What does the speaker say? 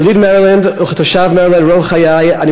כיליד מרילנד וכתושב מרילנד רוב חיי אני